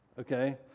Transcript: okay